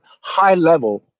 high-level